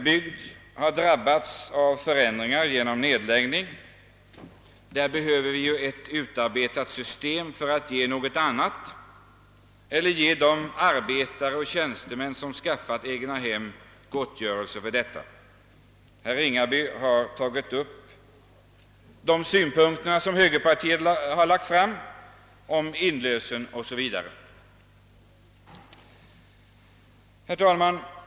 Bygder som drabbas av nedläggningar behöver ett utarbetat system för att ge något annat och för att ge de arbetare och tjänstemän som skaffat sig egnahem gottgörelse härför; herr Ringaby har tagit upp de synpunkter som högerpartiet har på frågan om inlösen 0. SÅ Vi Herr talman!